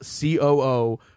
coo